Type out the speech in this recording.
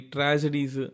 Tragedies